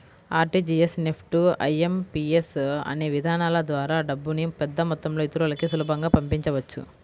RTGS, NEFT, IMPS అనే విధానాల ద్వారా డబ్బుని పెద్దమొత్తంలో ఇతరులకి సులభంగా పంపించవచ్చు